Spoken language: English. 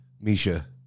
Misha